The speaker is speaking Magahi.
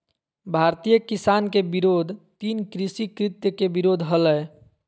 भारतीय किसान के विरोध तीन कृषि कृत्य के विरोध हलय